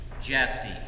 Jesse